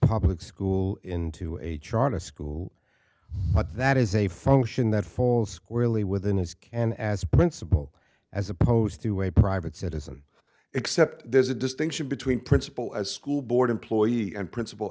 public school into a charter school but that is a function that falls squarely within his ken as a principle as opposed to a private citizen except there's a distinction between principal and school board employee and principal